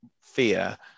fear